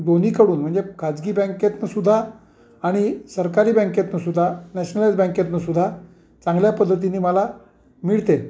दोन्हीकडून म्हणजे खाजगी बँकेतनंसुद्धा आणि सरकारी बँकेतनंसुधा नॅशनलाइज बँकेतनंसुधा चांगल्या पद्धतीनी मला मिळते